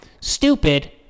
Stupid